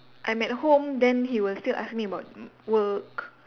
I'm at home then he will still ask me about mm work